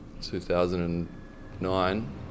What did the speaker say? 2009